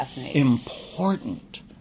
important